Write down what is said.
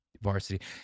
varsity